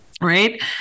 right